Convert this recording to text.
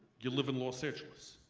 you live in los angeles.